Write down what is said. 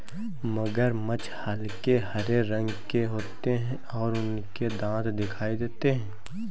मगरमच्छ हल्के हरे रंग के होते हैं और उनके दांत दिखाई देते हैं